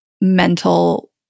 mental